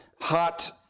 hot